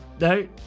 no